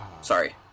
sorry